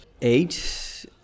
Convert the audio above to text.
eight